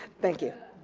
thank you.